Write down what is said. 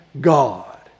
God